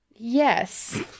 Yes